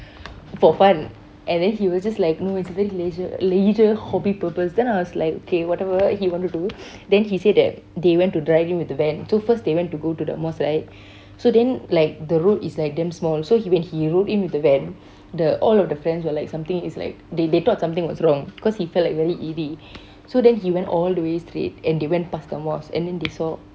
for fun and then he was just like no it's very leisure leisure hobby purpose then I was like okay whatever he want to do then he said that they went to drive him with the van so first they went to go to the mosque right so then like the road is like damn small so when he rode in with the van the all of the friends were like something is like they thought something was wrong cause he felt like very eerie so then he went all the way straight and they went past the mosque and then they saw